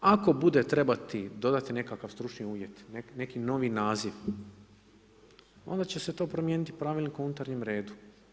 Ako bude trebati dodati nekakav stručni uvjet, neki novi naziv onda će se to promijeniti Pravilnikom o unutarnjem redu.